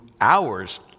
hours